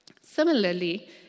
Similarly